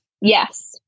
Yes